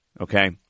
Okay